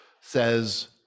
says